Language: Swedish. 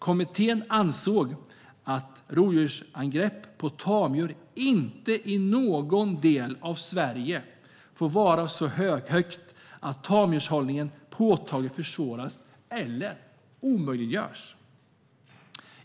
Kommittén ansåg att antalet rovdjursangrepp på tamdjur inte i någon del av Sverige får vara så högt att tamdjurshållning påtagligt försvåras eller omöjliggörs.